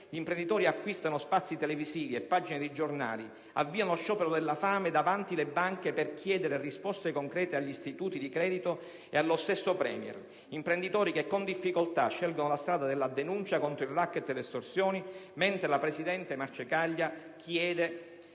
gli imprenditori acquistano spazi televisivi e pagine di giornali e avviano uno sciopero della fame davanti alle banche per chiedere risposte concrete agli istituti di credito e allo stesso Premier. Si tratta di imprenditori che con difficoltà scelgono la strada della denuncia contro il *racket* e le estorsioni, mentre la presidente Marcegaglia chiede